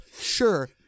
sure